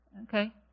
Okay